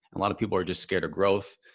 a lot of people are just scared of growth.